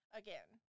again